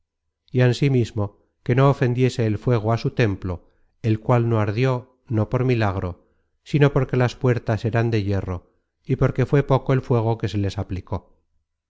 y ansimismo que no ofendiese el fuego á su templo el cual no ardió no por milagro sino porque las puertas eran de hierro y porque fué poco el fuego que se les aplicó